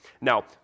Now